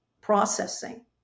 processing